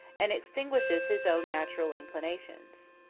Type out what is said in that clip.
and extinguishes his own natural inclinations.